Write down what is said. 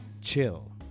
Chill